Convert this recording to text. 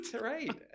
right